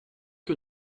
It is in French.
que